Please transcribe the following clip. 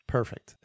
Perfect